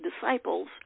disciples